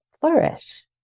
flourish